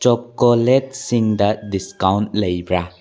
ꯆꯣꯀꯣꯂꯦꯠꯁꯤꯡꯗ discount ꯂꯩꯕ꯭ꯔ